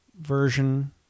version